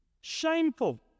Shameful